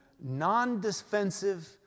non-defensive